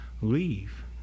leave